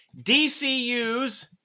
DCU's